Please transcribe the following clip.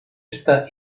está